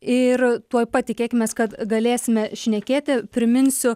ir tuoj pat tikėkimės kad galėsime šnekėti priminsiu